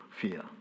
fear